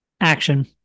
action